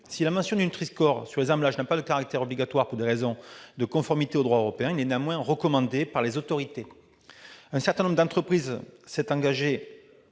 Si la mention du Nutri-score sur les emballages n'a pas de caractère obligatoire pour des raisons de conformité au droit européen, la présence de ce logo est néanmoins recommandée par les autorités. Un certain nombre d'entreprises s'est engagé